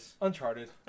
Uncharted